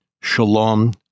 shalom